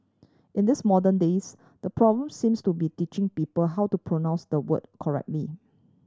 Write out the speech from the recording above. in this modern days the problem seems to be teaching people how to pronounce the word correctly